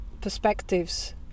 perspectives